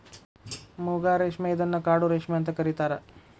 ಮೂಗಾ ರೇಶ್ಮೆ ಇದನ್ನ ಕಾಡು ರೇಶ್ಮೆ ಅಂತ ಕರಿತಾರಾ